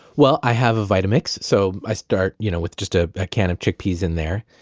well, i have a vitamix. so, i start you know with just ah a can of chickpeas in there.